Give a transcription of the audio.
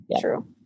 True